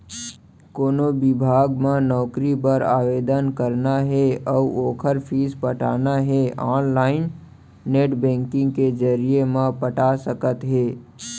कोनो बिभाग म नउकरी बर आवेदन करना हे अउ ओखर फीस पटाना हे ऑनलाईन नेट बैंकिंग के जरिए म पटा सकत हे